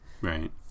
Right